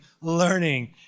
learning